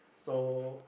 so